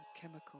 chemical